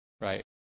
right